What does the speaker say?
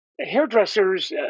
hairdressers